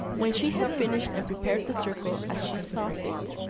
when she had finished and prepared the circle as she thought fit,